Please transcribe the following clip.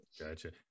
gotcha